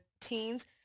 teens